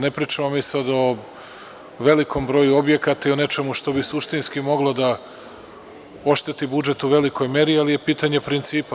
Ne pričamo o velikom broju objekata i nečemu što bi suštinski moglo da ošteti budžet u velikoj meri, ali je pitanje principa.